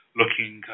looking